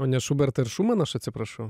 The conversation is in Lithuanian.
o ne šubertą ir šumaną aš atsiprašau